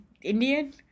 Indian